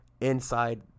inside